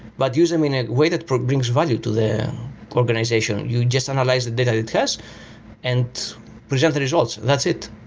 but use them in a way that brings value to the organization. you just analyze the data it has and present the results and that's it.